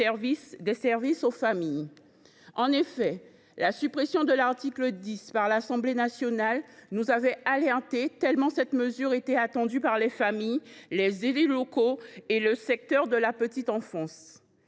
des services aux familles. En effet, la suppression de l’article 10 par l’Assemblée nationale nous avait alertés, tant cette mesure était attendue par les familles, les élus locaux et le secteur de la petite enfance.